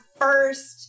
first